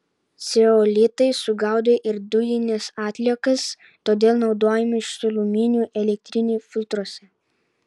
ceolitai sugaudo ir dujines atliekas todėl naudojami šiluminių elektrinių filtruose